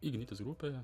ignitis grupėje